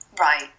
Right